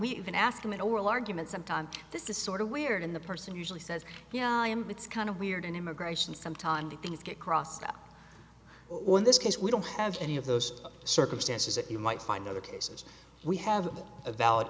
we can ask them an oral argument sometime this is sort of weird in the person usually says yeah it's kind of weird in immigration from time to things get crosstalk well in this case we don't have any of those circumstances that you might find other cases we have a valid